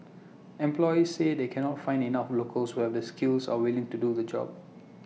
employers say they cannot find enough locals will the skills and are willing to do the jobs